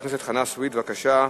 חבר הכנסת חנא סוייד, בבקשה.